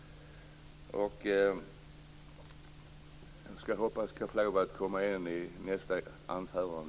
Jag hoppas få tillfälle att återkomma i nästa anförande.